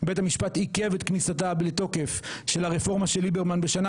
בית המשפט עיכב את כניסתה לתוקף של הרפורמה של ליברמן בשנה,